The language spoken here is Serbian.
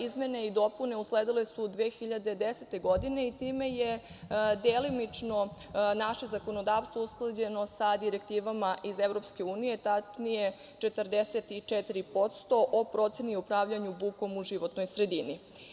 Izmene i dopune usledile su 2010. godine i time je delimično naše zakonodavstvo usklađeno sa direktivama iz EU, tačnije 44% o proceni o upravljanju bukom u životnoj sredini.